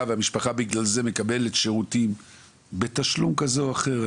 המשפחה נאלצת לקבל שירותים בתשלום כזה או אחר,